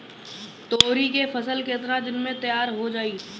तोरी के फसल केतना दिन में तैयार हो जाई?